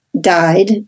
died